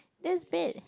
this bit